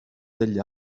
degli